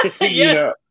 Yes